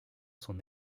son